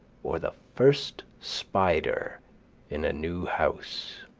or the first spider in a new house.